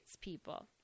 people